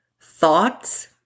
thoughts